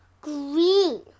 green